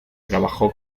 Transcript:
trabajó